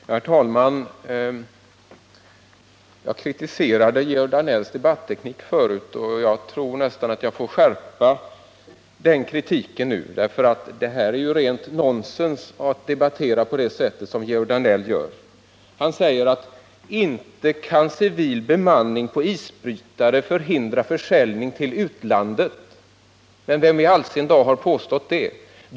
Herr talman! Jag kritiserade förut Georg Danells debatteknik, och jag tror nästan att jag får skärpa den kritiken nu. Det är rent nonsens att debattera som Georg Danell gör. Han säger: Inte kan civil bemanning på isbrytare förhindra försäljning av handelsfartyg till utlandet. Nej, vem i all sin dar har påstått det?